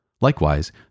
Likewise